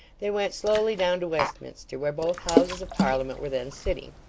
they went slowly down to westminster, where both houses of parliament were then sitting.